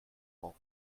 auf